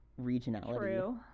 regionality